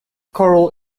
coral